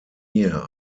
year